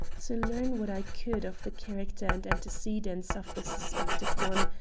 to learn what i could of the character and antecedents of the suspected one,